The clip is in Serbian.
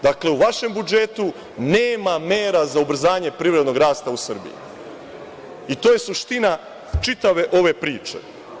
Dakle, u vašem budžetu nema mera za ubrzanje privrednog rasta u Srbiji i to je suština čitave ove priče.